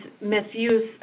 misuse